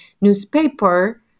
newspaper